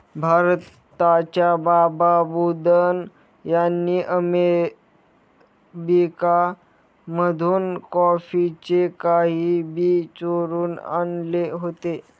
भारताच्या बाबा बुदन यांनी अरेबिका मधून कॉफीचे काही बी चोरून आणले होते